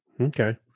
Okay